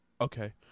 Okay